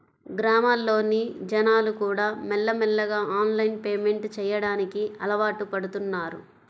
గ్రామాల్లోని జనాలుకూడా మెల్లమెల్లగా ఆన్లైన్ పేమెంట్ చెయ్యడానికి అలవాటుపడుతన్నారు